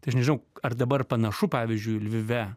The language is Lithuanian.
tai aš nežinau ar dabar panašu pavyzdžiui lvive